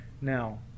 now